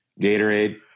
Gatorade